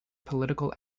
political